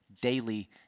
daily